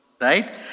right